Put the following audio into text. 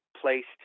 placed